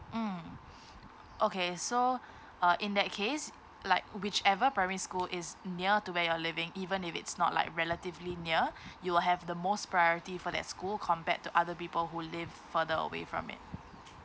mm okay so uh in that case like whichever primary school is near to where you're living even if it's not like relatively near you will have the most priority for that school compared to other people who live further away from it